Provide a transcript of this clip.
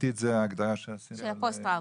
בתר-חבלתית זו ההגדרה של של הפוסט טראומה.